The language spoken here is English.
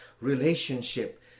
relationship